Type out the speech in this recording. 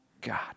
God